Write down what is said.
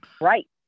Right